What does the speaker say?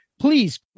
please